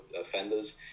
offenders